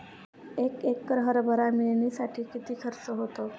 एक एकर हरभरा मळणीसाठी किती खर्च होतो?